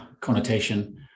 connotation